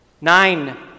nine